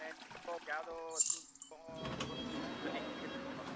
ᱢᱟᱱᱮ ᱡᱟᱣ ᱫᱚ ᱟᱛᱳ ᱫᱤᱥᱚᱢ ᱦᱚᱸ ᱞᱚᱥᱚᱫ ᱵᱟᱹᱞᱤ ᱛᱮᱜᱮ ᱯᱮᱨᱮᱡ ᱪᱟᱵᱟ ᱞᱮᱱᱟ